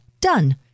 Done